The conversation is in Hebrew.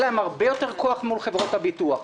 להם הרבה יותר כוח מול חברות הביטוח.